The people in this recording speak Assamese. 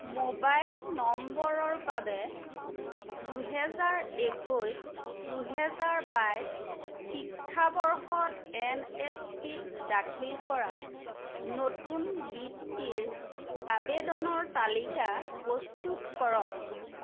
মোবাইল নম্বৰৰ বাবে দুহেজাৰ একৈছ দুহেজাৰ বাইছ শিক্ষাবৰ্ষত এন এছ পিত দাখিল কৰা নতুন বৃত্তিৰ আবেদনৰ তালিকা প্ৰস্তুত কৰক